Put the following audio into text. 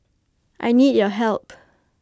I need your help